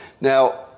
Now